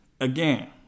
again